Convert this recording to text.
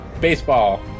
baseball